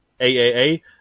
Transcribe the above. AAA